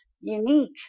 unique